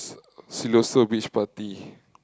Siloso-Beach party